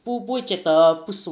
不不会觉得不瘦